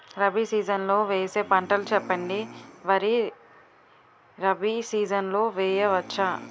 Rabi season లో వేసే పంటలు చెప్పండి? వరి రబీ సీజన్ లో వేయ వచ్చా?